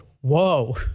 whoa